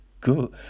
good